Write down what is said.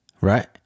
Right